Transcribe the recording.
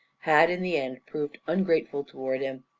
had in the end proved ungrateful towards him.